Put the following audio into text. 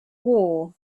war